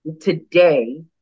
today